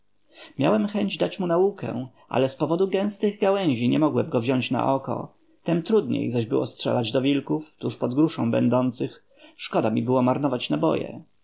miałem chęć dać mu naukę ale z powodu gęstych gałęzi nie mogłem go wziąć na oko tem trudniej zaś było strzelać do wilków tuż pod gruszą będących szkoda mi było marnować naboje